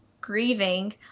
grieving